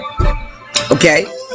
Okay